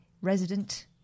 resident